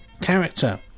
character